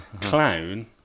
Clown